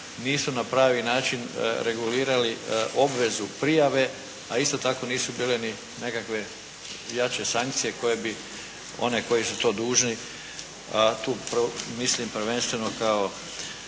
nisu na pravi način regulirali obvezu prijave, a isto tako nisu bile ni nekakve jače sankcije koje bi one koji su to dužni, tu mislim prvenstveno kao